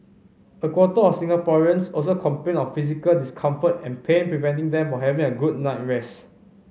a quarter of Singaporeans also complained of physical discomfort and pain preventing them from having a good night rest